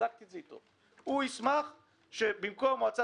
בדקתי את זה איתו ישמח שבמקום מועצה